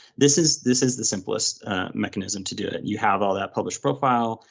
this is this is the simplest mechanism to do it, you have all that publish profile,